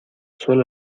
suelo